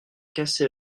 cassé